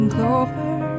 Clover